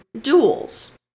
duels